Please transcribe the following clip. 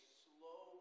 slow